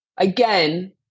Again